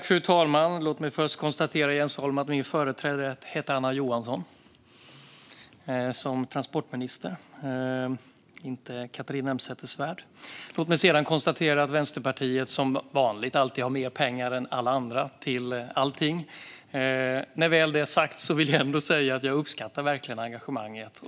Fru talman! Låt mig först konstatera, Jens Holm, att min företrädare som transportminister heter Anna Johansson, inte Catharina Elmsäter-Svärd. Låt mig sedan konstatera att Vänsterpartiet som vanligt alltid har mer pengar än alla andra till allting. När detta väl är sagt vill jag ändå säga att jag verkligen uppskattar engagemanget.